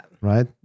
right